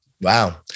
Wow